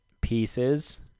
pieces